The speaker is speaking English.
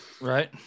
right